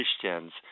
Christians